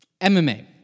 MMA